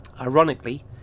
Ironically